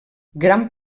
gran